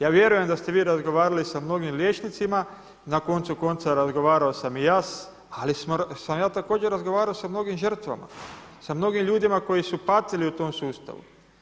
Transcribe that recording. Ja vjerujem da ste vi razgovarali sa mnogim liječnicima, na koncu konca razgovarao sam i ja ali sam ja također razgovarao sa mnogim žrtvama, sa mnogim ljudima koji su patili u tom sustavu.